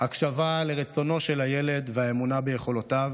הקשבה לרצונו של הילד ואמונה ביכולותיו,